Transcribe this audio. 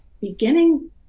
beginning